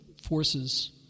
forces